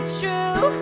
true